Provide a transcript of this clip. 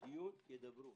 בדיון ידברו.